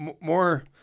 More